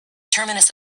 terminus